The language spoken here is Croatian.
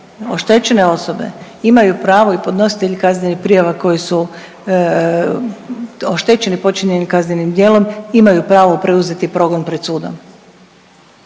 oštećene osobe imaju pravo i podnositelji kaznenih prijava koji su oštećeni počinjenim kaznenim djelom imaju pravo preuzeti progon pred sudom